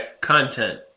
Content